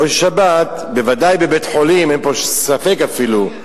גוי של שבת, בוודאי בבית-חולים, אין פה ספק אפילו.